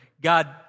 God